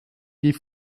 die